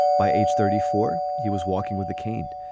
by age thirty four, he was walking with a cane.